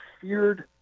feared